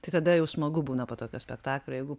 tai tada jau smagu būna po tokio spektaklio jeigu